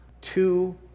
Two